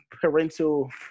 parental